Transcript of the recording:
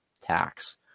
tax